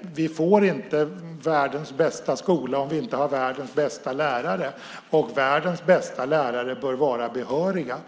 vi inte får världens bästa skola om vi inte har världens bästa lärare, och världens bästa lärare bör vara behöriga.